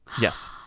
yes